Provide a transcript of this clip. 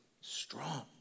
strong